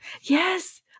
Yes